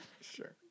Sure